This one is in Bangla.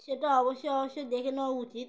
সেটা অবশ্যই অবশ্যই দেখে নেওয়া উচিত